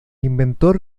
inventor